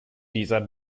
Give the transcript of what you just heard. dieser